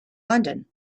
london